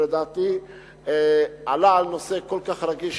שלדעתי עלה על נושא כל כך רגיש,